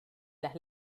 las